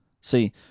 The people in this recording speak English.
See